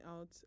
out